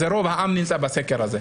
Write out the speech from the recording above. רוב העם נמצא בסקר הזה.